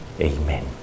Amen